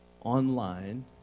online